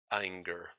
anger